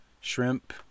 shrimp